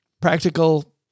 practical